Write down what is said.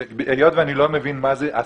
היות שאני לא מבין מה זה הסכמות,